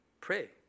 Pray